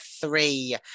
three